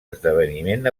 esdeveniment